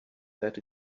that